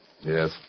Yes